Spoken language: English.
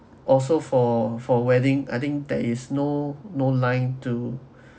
also for for wedding I think that is no no line to